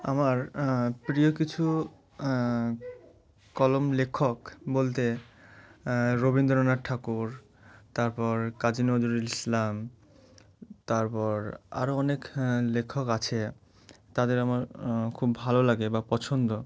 আমার প্রিয় কিছু কলম লেখক বলতে রবীন্দ্রনাথ ঠাকুর তারপর কাজী নজরুল ইসলাম তারপর আরও অনেক লেখক আছে তাদের আমার খুব ভালো লাগে বা পছন্দ